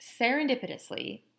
serendipitously